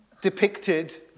depicted